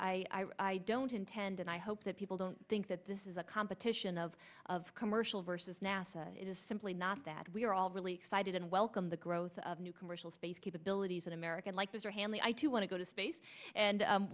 i i don't intend and i hope that people don't think that this is a competition of of commercial versus nasa it is simply not that we are all really excited and welcome the growth of new commercial space capabilities in american like those are hamley i too want to go to space and